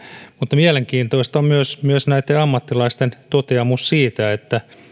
mutta mielenkiintoista on myös näitten ammattilaisten toteamus siitä että